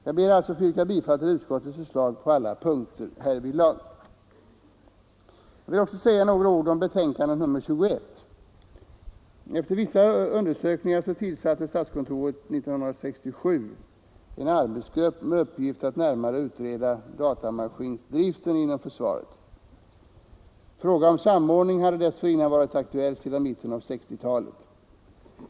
Jag ber alltså att få yrka bifall till utskottets förslag på alla punkter. Jag skulle sedan vilja säga några ord om utskottets betänkande nr 21. Efter vissa undersökningar tillsatte statskontoret 1967 en arbetsgrupp med uppgift att närmare utreda datamaskindriften inom försvaret. Frågan om samordning hade dessförinnan varit aktuell sedan mitten av 1960-talet.